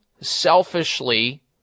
selfishly